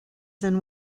than